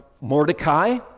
Mordecai